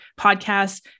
podcasts